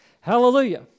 hallelujah